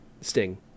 Sting